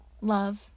love